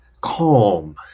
calm